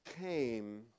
came